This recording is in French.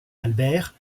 albert